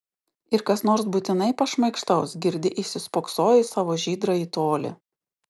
ir kas nors būtinai pašmaikštaus girdi įsispoksojo į savo žydrąjį tolį